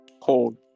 Cold